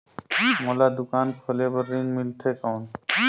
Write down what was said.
मोला दुकान खोले बार ऋण मिलथे कौन?